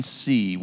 see